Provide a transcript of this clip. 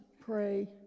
pray